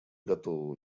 готово